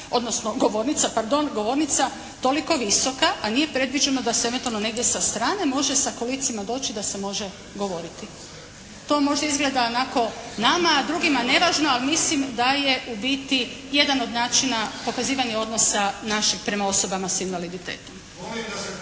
odnosno govornica, pardon govornica toliko visoka a nije predviđeno da se eventualno negdje sa strane može sa kolicima doći i da se može govoriti. To možda izgleda onako nama a drugima nevažno, ali mislim da je u biti jedan od načina pokazivanja odnosa našeg prema osobama sa invaliditetom.